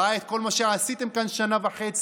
ראה את כל מה שעשיתם כאן שנה וחצי,